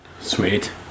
Sweet